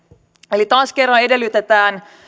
eli taas kerran edellytetään